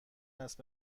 است